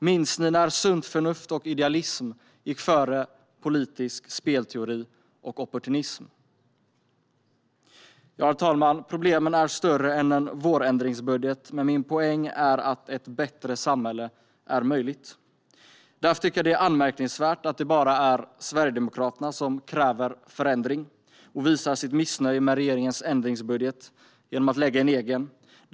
Minns ni när sunt förnuft och idealism gick före politisk spelteori och opportunism? Herr talman! Problemen är större än en vårändringsbudget, men min poäng är att ett bättre samhälle är möjligt. Därför tycker jag att det är anmärkningsvärt att det bara är Sverigedemokraterna som kräver förändring och visar sitt missnöje med regeringens ändringsbudget genom att lägga fram ett eget förslag.